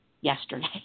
yesterday